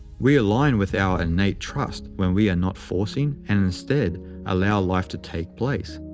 we align with our innate trust when we are not forcing and instead allow life to take place.